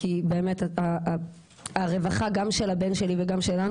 כי הרווחה גם של הבן שלי וגם שלנו,